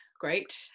great